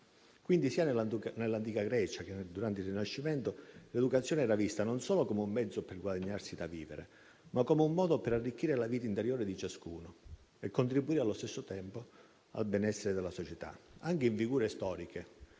Quindi, sia nell'antica Grecia che durante il Rinascimento l'educazione era vista non solo come un mezzo per guadagnarsi da vivere, ma come un modo per arricchire la vita interiore di ciascuno e contribuire allo stesso tempo al benessere della società. Anche in figure storiche